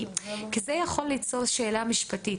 כי זה יכול ליצור שאלה משפטית.